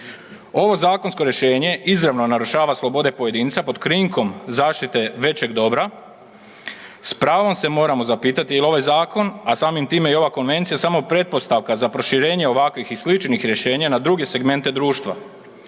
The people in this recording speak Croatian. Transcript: Ovo zakonsko rješenje izravno narušava slobode pojedinca pod krinkom zaštite većeg dobra. S pravom se moramo zapitati jel ovaj zakon, a samim time i ova konvencija samo pretpostavka za proširenje ovakvih i sličnih rješenja na druge segmente društva.